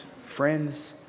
friends